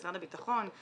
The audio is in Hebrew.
משרד הביטחון,